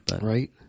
Right